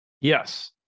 Yes